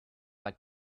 like